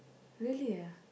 really ah